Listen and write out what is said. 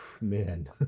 man